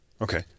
Okay